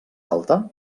alta